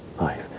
life